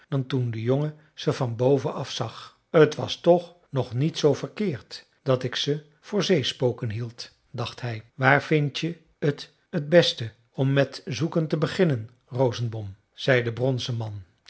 dan toen de jongen ze van boven af zag t was toch nog niet zoo verkeerd dat ik ze voor zeespoken hield dacht hij waar vindt je t het beste om met zoeken te beginnen rosenbom zei de bronzen man